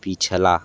पिछला